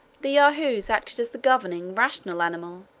the yahoos acted as the governing, rational animal,